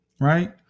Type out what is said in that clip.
right